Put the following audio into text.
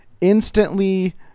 instantly